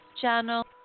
channel